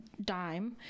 dime